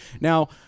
Now